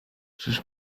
czyż